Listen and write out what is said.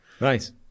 Nice